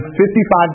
55